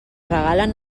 regalen